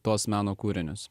tos meno kūrinius